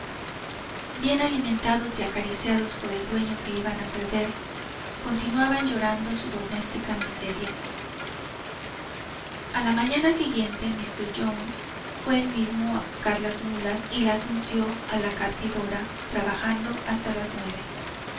de lamentos bien alimentados y acariciados por el dueño que iban a perder continuaban llorando su doméstica miseria a la mañana siguiente míster jones fué él mismo a buscar las mulas y las unció a la carpidora trabajando hasta las nueve